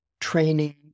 training